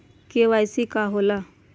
KYC का होला?